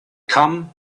come